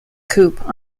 coop